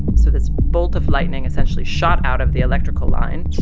so this bolt of lightning essentially shot out of the electrical line.